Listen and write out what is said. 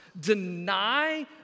deny